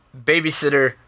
babysitter